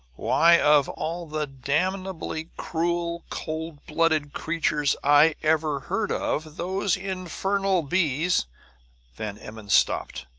why, of all the damnably cruel, cold-blooded creatures i ever heard of, those infernal bees van emmon stopped,